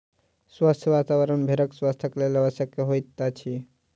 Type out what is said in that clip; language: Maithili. स्वच्छ वातावरण भेड़क स्वास्थ्यक लेल आवश्यक होइत अछि